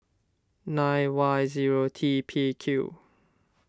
nine Y zero T P Q